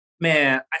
man